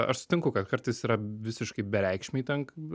aš sutinku kad kartais yra visiškai bereikšmiai ten